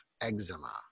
eczema